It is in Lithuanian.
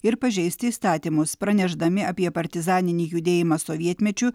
ir pažeisti įstatymus pranešdami apie partizaninį judėjimą sovietmečiu